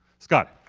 scott.